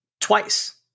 twice